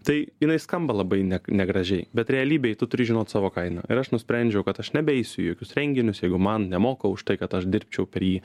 tai jinai skamba labai ne negražiai bet realybėj tu turi žinot savo kainą ir aš nusprendžiau kad aš nebeisiu į jokius renginius jeigu man nemoka už tai kad aš dirbčiau per jį